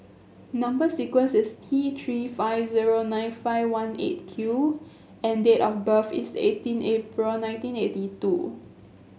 number sequence is T Three five zero nine five one Eight Q and date of birth is eighteen April nineteen eighty two